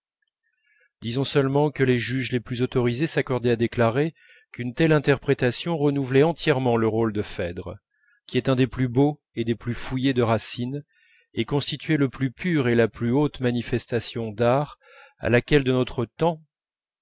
disons seulement que les juges les plus autorisés s'accordaient à déclarer qu'une telle interprétation renouvelait entièrement le rôle de phèdre qui est un des plus beaux et des plus fouillés de racine et constituait la plus pure et la plus haute manifestation d'art à laquelle de notre temps